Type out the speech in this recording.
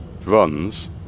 runs